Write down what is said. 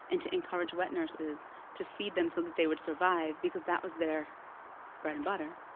and to encourage wet nurses to feed them so that they would survive, because that was their bread and butter.